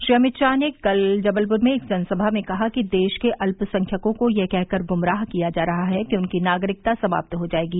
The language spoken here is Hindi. श्री अमित शाह ने कल जबलपुर में एक जनसभा में कहा कि देश के अल्पसंख्यकों को यह कहकर गुमराह किया जा रहा है कि उनकी नागरिकता समाप्त हो जाएगी